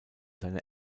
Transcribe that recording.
seiner